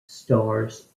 stars